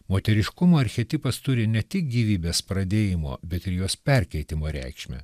moteriškumo archetipas turi ne tik gyvybės pradėjimo bet ir jos perkeitimo reikšmę